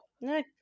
No